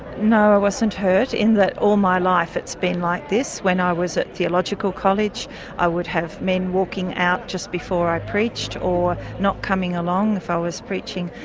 no i wasn't hurt in that all my life it's been like this. when i was at theological college i would have men walking out just before i preached or not coming along if i ah was preaching.